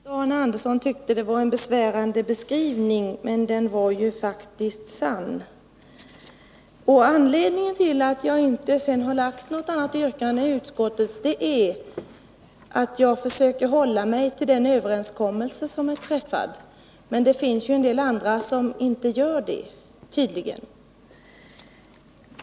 Fru talman! Jag förstår att Arne Andersson i Gustafs tyckte att min beskrivning var besvärande, men den var faktiskt sann. Anledningen till att jag inte har ställt något annat yrkande än utskottets är att jag försöker hålla mig till den överenskommelse som är träffad. Men det finns en del andra som tydligen inte gör det.